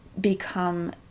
become